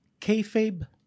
kayfabe